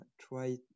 try